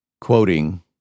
Quoting